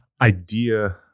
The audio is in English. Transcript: idea